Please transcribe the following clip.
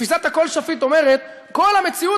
תפיסת "הכול שפיט" אומרת: כל המציאות,